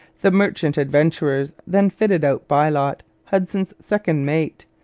the merchant adventurers then fitted out bylot, hudson's second mate,